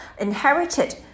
inherited